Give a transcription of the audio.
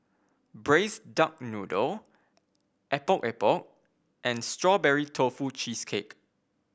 Braised Duck Noodle Epok Epok and Strawberry Tofu Cheesecake